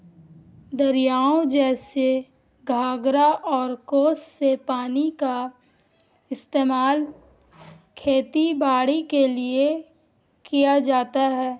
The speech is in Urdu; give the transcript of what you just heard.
دریاؤں جیسے گھاگھرا اور کوس سے پانی کا استعمال کھیتی باڑی کے لیے کیا جاتا ہے